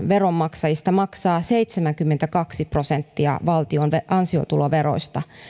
veronmaksajista maksaa seitsemänkymmentäkaksi prosenttia valtiolle ansiotuloveroista